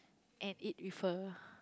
and eat with her